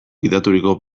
gidaturiko